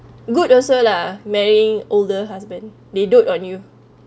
good also lah marrying older husband they dote on you